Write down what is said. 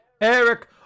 Eric